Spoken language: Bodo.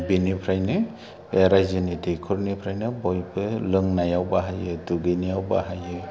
बिनिफ्रायनो रायजोनि दैख'रनिफ्रायनो बयबो लोंनायाव बाहायो दुगैनायाव बाहायो